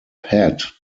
pat